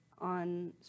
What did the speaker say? on